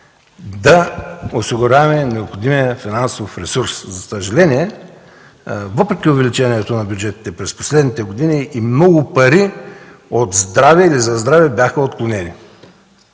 да осигуряваме необходимия финансов ресурс. За съжаление, въпреки увеличението на бюджетите през последните години и много пари от здраве или за здраве бяха отклонени,